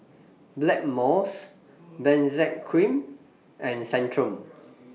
Blackmores Benzac Cream and Centrum